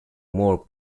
more